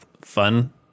fun